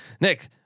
Nick